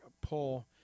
pull